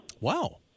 Wow